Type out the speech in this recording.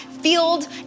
field